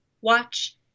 watch